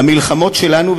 למלחמות שלנו,